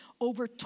over